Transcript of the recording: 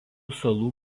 salų